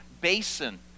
basin